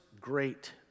great